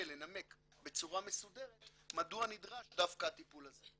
לנמק בצורה מסודרת מדוע נדרש דווקא הטיפול הזה.